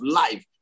life